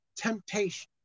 Temptation